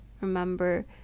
remember